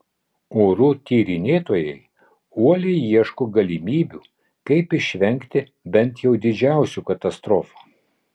orų tyrinėtojai uoliai ieško galimybių kaip išvengti bent jau didžiausių katastrofų